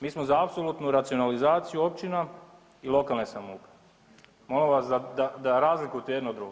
Mi smo za apsolutnu racionalizaciju općina i lokalne samouprave, molim vas da razlikujete jedno od drugog.